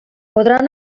podran